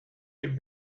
this